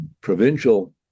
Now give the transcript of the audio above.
provincial